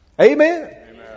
Amen